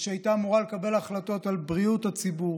ושהייתה אמורה לקבל החלטות על בריאות הציבור,